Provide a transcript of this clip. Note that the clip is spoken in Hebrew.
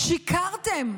שיקרתם,